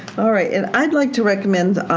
alright, and i'd like to recommend,